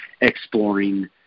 exploring